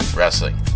Wrestling